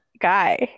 guy